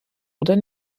oder